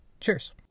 Cheers